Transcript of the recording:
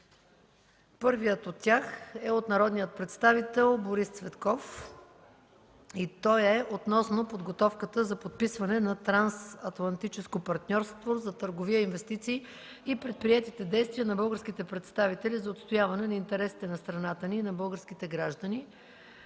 Първият от тях е от народния представител Борис Цветков и той е относно подготовката за подписване на Трансатлантическо партньорство за търговия и инвестиции и предприетите действия на българските представители за отстояване на интересите на страната ни и на българските граждани.